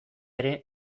ere